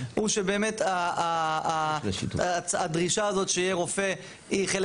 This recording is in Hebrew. הוא שבאמת הדרישה הזאת שיהיה רופא היא חלק